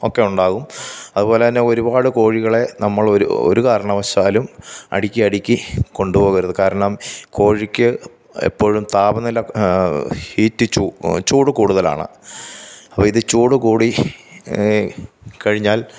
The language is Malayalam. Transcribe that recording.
ഒക്കെ ഉണ്ടാവും അതുപോലെന്നെ ഒരുപാട് കോഴികളെ നമ്മൾ ഒരു ഒരു കാരണവശാലും അടിക്കി അടിക്കി കൊണ്ടുപോവരുത് കാരണം കോഴിക്ക് എപ്പോഴും താപനില ഹീറ്റ് ചൂട് കൂടുതലാണ് അപ്പം ഇത് ചൂട് കുടി കഴിഞ്ഞാൽ